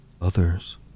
Others